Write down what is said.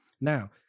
Now